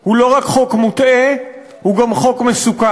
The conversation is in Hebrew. הוא לא רק חוק מוטעה, הוא גם חוק מסוכן.